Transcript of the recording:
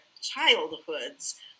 childhoods